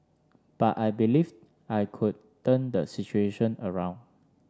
but I believed I could turn the situation around